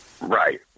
Right